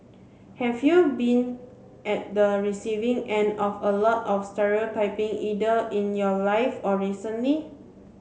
have you been at the receiving end of a lot of stereotyping either in your life or recently